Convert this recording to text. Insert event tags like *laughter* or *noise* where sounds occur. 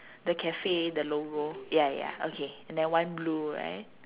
the cafe the logo *noise* ya ya okay and then one blue right